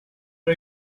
are